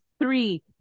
Three